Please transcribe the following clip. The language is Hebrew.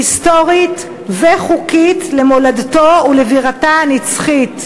היסטורית וחוקית למולדתו ולבירתה הנצחית,